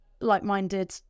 like-minded